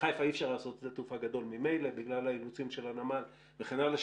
בחיפה אי אפשר לעשות שדה תעופה גדול ממילא וכן הלאה,